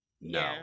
no